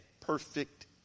perfect